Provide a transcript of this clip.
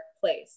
place